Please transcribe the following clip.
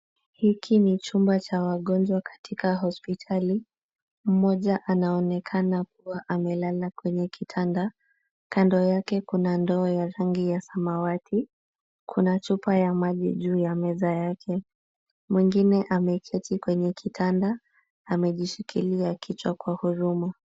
Hiki ni chumba cha wagonjwa katika hospitali. Mmoja anaonekana akiwa amelala kwenye kitanda. Kando yake kuna ndoo ya rangi ya samawati. Kuna chupa ya maji juu ya meza yake. Mwingine ameketi kwenye kitanda. Amejishikilia kichwa kwa huruma.